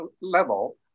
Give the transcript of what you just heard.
level